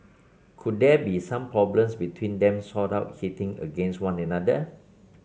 could there be some problems between them sort out hitting against one another